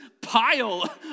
pile